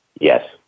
Yes